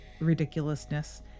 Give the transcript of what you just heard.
ridiculousness